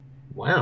Wow